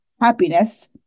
happiness